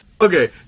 Okay